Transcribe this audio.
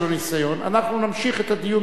אנחנו נמשיך את הדיון בוועדת הכנסת.